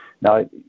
now